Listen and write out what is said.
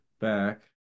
back